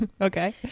Okay